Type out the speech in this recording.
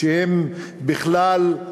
שבכלל,